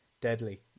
deadly